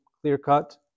clear-cut